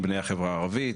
בני החברה הערבית,